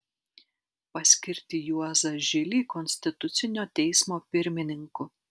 paskirti juozą žilį konstitucinio teismo pirmininku